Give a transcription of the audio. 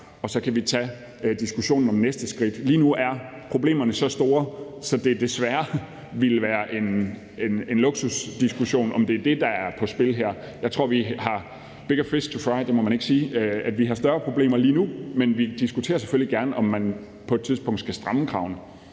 og så kan vi tage diskussionen om næste skridt. Lige nu er problemerne så store, at det desværre ville være en luksusdiskussion, om det er det, der er på spil her. Jeg tror, vi har bigger fish to fry – det må man ikke sige, men altså at vi har større problemer lige nu. Men vi diskuterer selvfølgelig gerne, om man på et tidspunkt skal stramme kravene.